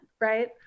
right